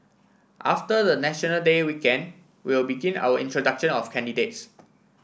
after the National Day weekend we will begin our introduction of candidates